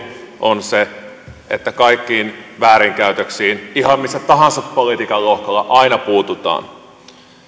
on se että kaikkiin väärinkäytöksiin ihan missä tahansa politiikan lohkolla aina puututaan